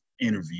interview